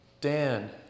Dan